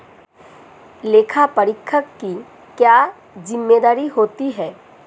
लेखापरीक्षक की क्या जिम्मेदारी होती है?